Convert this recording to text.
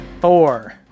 Four